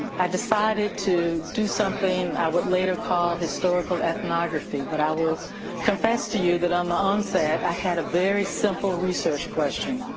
i decided to do something i would later call historical ethnography. but i will confess to you that on the onset, i had a very simple research question.